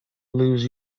lose